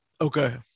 okay